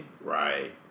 Right